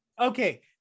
Okay